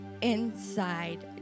inside